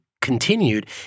continued